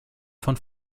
von